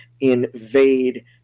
invade